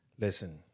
Listen